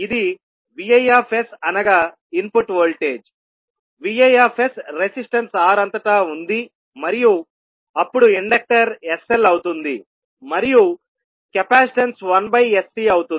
ఇది Vi అనగా input voltage Viరెసిస్టన్స్ R అంతటా ఉంది మరియు అప్పుడు ఇండక్టర్ sL అవుతుంది మరియు కెపాసిటెన్స్ 1sC అవుతుంది